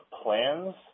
plans